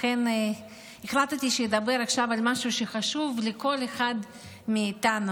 לכן החלטתי שאדבר עכשיו על משהו שחשוב לכל אחד מאיתנו.